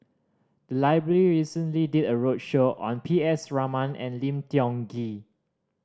the library recently did a roadshow on P S Raman and Lim Tiong Ghee